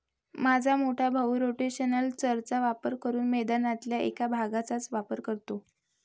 माझा मोठा भाऊ रोटेशनल चर चा वापर करून मैदानातल्या एक भागचाच वापर करतो